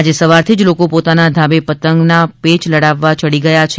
આજે સવારથી જ લોકો પોતાના ધાબે પતંગ પતંગના પેય લડાવવા યડી ગયા છે